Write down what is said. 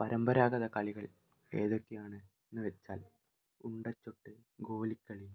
പരമ്പരാഗത കളികൾ ഏതൊക്കെയാണെന്ന് വെച്ചാൽ ഉണ്ടച്ചുട്ട് ഗോലിക്കളി